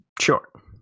Sure